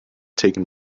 taken